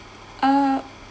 uh